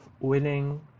winning